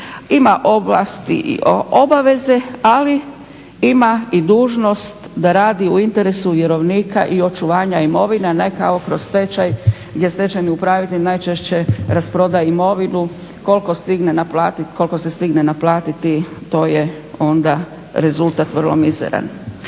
Ima ovlasti i obaveze, ali ima i dužnost da radi u interesu vjerovnika i očuvanja imovine, a ne kako kroz stečaj, gdje stečajni upravitelj najčešće rasprodaje imovinu. Koliko stigne naplatit, koliko se stigne naplatiti to je onda rezultat vrlo mizeran.